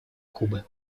кубы